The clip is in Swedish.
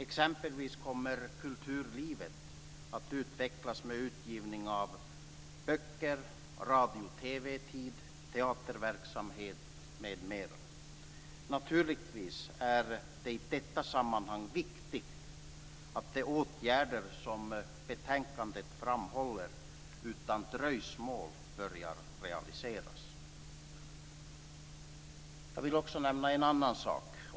Exempelvis kommer kulturlivet att utvecklas med utgivning av böcker, radio och TV-tid, teaterverksamhet m.m. Naturligtvis är det i detta sammanhang viktigt att de åtgärder som betänkandet framhåller utan dröjsmål börjar realiseras. Jag vill också nämna en annan sak.